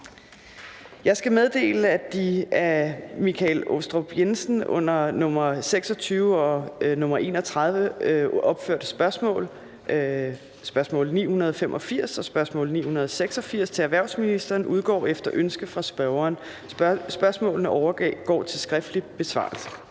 Jeg skal meddele, at de af Michael Aastrup Jensen under nr. 26 og 31 opførte spørgsmål, spørgsmål S 985 og spørgsmål S 986, til erhvervsministeren udgår efter ønske fra spørgeren. Spørgsmålene overgår til skriftlig besvarelse.